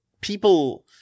people